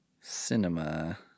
Cinema